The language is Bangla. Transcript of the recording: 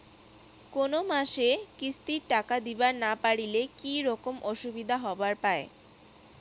কোনো মাসে কিস্তির টাকা দিবার না পারিলে কি রকম অসুবিধা হবার পায়?